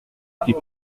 était